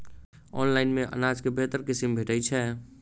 Online मे अनाज केँ बेहतर किसिम भेटय छै?